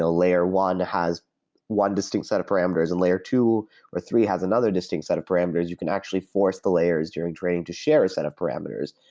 ah layer one has one distinct set of parameters, and layer two or three has another distinct set of parameters. you can actually force the layers during training to share a set of parameters,